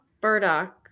burdock